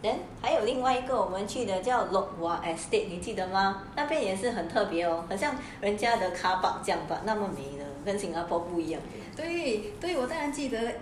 then 还有另外一个我们去的这么 lok wah estate 你记得吗那边也是很特别很像人家的 carpark 这样 but 那么美的跟 singapore 不一样